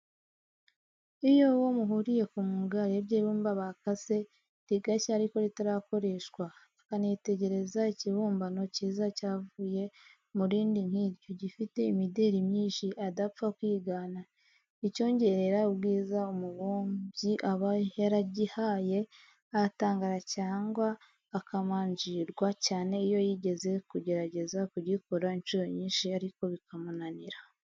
Iyo uwo muhuriye ku mwuga arebye ibumba bakase, rigashya ariko ritarakoreshwa; akanitegereza ikibumbano cyiza cyavuye mu rindi nk'iryo, gifite imideri myinshi atapfa kwigana, icyongerera ubwiza umubumbyi aba yaragihaye; aratangara cyangwa akamanjirwa, cyane iyo yigeze kugerageza kugikora inshuro nyinshi ariko bikamunanira.